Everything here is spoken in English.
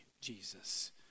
Jesus